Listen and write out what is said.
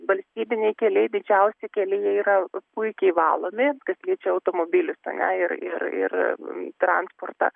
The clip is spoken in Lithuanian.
valstybiniai keliai didžiausi keliai jie yra puikiai valomi kas liečia automobilius ane ir ir ir transportą